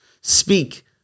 speak